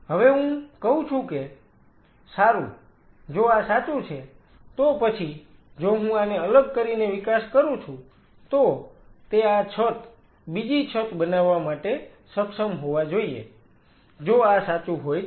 હવે હું કહું છું કે સારૂ જો આ સાચું છે તો પછી જો હું આને અલગ કરીને વિકાસ કરું છું તો તે આ છત બીજી છત બનાવવા માટે સક્ષમ હોવા જોઈએ જો આ સાચું હોય તો